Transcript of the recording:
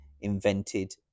invented